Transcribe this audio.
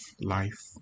life